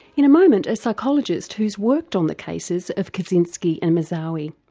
in a moment a psychologist who's worked on the cases of kaczynski and moussaoui.